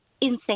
insane